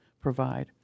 provide